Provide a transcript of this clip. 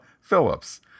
Phillips